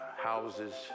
houses